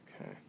Okay